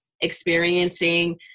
experiencing